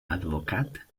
advocat